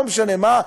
לא משנה מה,